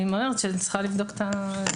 אני אומרת שאני צריכה לבדוק את המשמעויות.